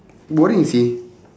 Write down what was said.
boring seh